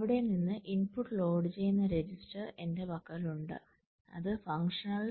അവിടെ നിന്ന് input load ചെയ്യുന്ന ഒരു രജിസ്റ്റർ എന്റെ പക്കലുണ്ട് അത് ഫങ്ഷണൽ